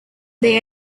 they